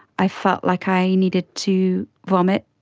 i felt like i needed to vomit,